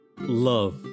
Love